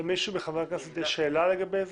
למישהו מחברי הכנסת יש שאלה לגבי זה?